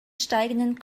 steigenden